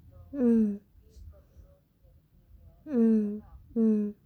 mm mm mm